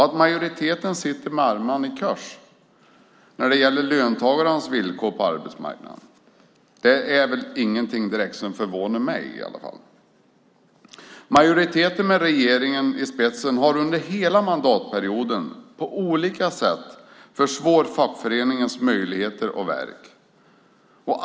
Att majoriteten sitter med armarna i kors när det gäller löntagarnas villkor på arbetsmarknaden är inget som direkt förvånar mig i alla fall. Majoriteten med regeringen i spetsen har under hela mandatperioden på olika sätt försvårat fackföreningarnas möjligheter och verk.